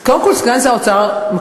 אז קודם כול סגן שר האוצר מקשיב.